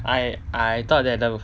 I I thought that the